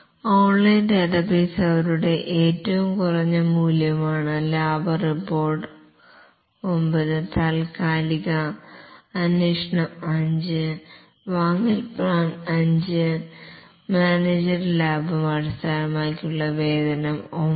online database അവരുടെ ഏറ്റവും കുറഞ്ഞ മൂല്യമാണ് ലാഭ റിപ്പോർട്ട് 9 താൽക്കാലിക അന്വേഷണം 5 വാങ്ങൽ പ്ലാൻ 5 മാനേജർക്ക് ലാഭം അടിസ്ഥാനമാക്കിയുള്ള വേതനം 9